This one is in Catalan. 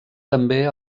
també